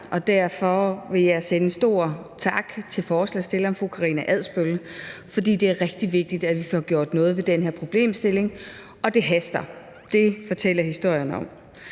og derfor vil jeg sende en stor tak til forslagsstilleren, fru Karina Adsbøl. Det er rigtig vigtigt, at vi får gjort noget ved den her problemstilling, og det haster. Det fortæller historierne om.